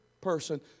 person